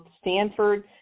stanford